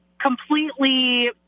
completely